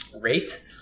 rate